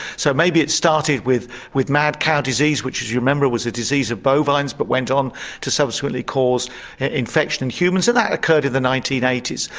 so maybe it started with with mad cow disease which as you remember was a disease of bovines but went on to subsequently cause infection in humans and that occurred in the nineteen eighty s.